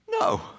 No